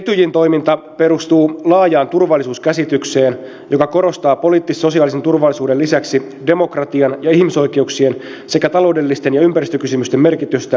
etyjin toiminta perustuu laajaan turvallisuuskäsitykseen joka korostaa poliittis sosiaalisen turvallisuuden lisäksi demokratian ja ihmisoikeuksien sekä taloudellisten ja ympäristökysymysten merkitystä turvallisuuden kokonaisuudessa